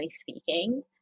speaking